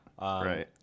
right